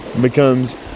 becomes